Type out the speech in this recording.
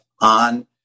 on